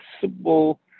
possible